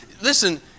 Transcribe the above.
Listen